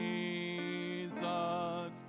Jesus